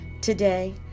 Today